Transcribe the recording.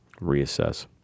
reassess